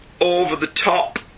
over-the-top